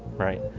right?